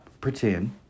Pretend